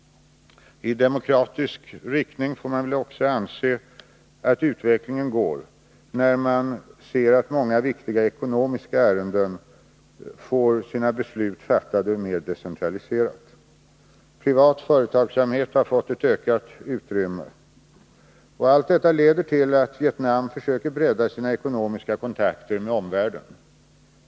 Man får väl också anse att utvecklingen går i demokratisk riktning, när man ser att i många viktiga ekonomiska frågor beslut fattas mer decentraliserat. Privat företagsamhet har fått ett ökat utrymme. Allt detta visar att Vietnam försöker bredda sina ekonomiska kontakter med omvärlden.